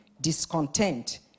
discontent